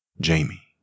Jamie